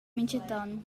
mintgaton